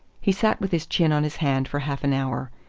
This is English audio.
he sat with his chin on his hand for half an hour.